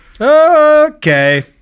Okay